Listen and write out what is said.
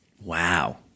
Wow